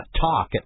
talk